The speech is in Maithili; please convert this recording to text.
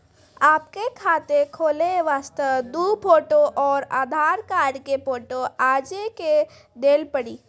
आपके खाते खोले वास्ते दु फोटो और आधार कार्ड के फोटो आजे के देल पड़ी?